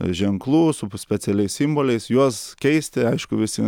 ženklų su specialiais simboliais juos keisti aišku visi